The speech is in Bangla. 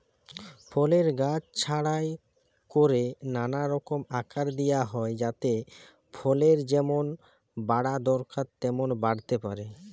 ফলের গাছ ছাঁটাই কোরে নানা রকম আকার দিয়া হয় যাতে ফলের যেমন বাড়া দরকার তেমন বাড়তে পারে